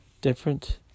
different